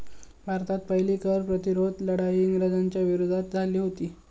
भारतात पहिली कर प्रतिरोध लढाई इंग्रजांच्या विरोधात झाली हुती